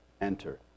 enter